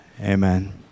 Amen